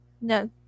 no